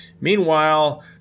Meanwhile